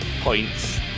points